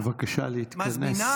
בבקשה להתכנס.